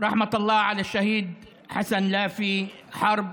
(אומר בערבית: השהיד חסן לאפי חרב,